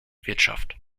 wirtschaft